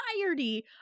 entirety